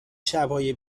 شبای